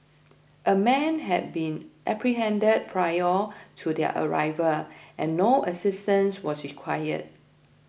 a man had been apprehended prior to their arrival and no assistance was required